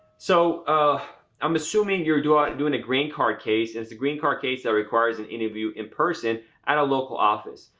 so i'm assuming you're doing and doing a green card case. it's a green card case that requires an interview in person at a local office.